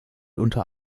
unter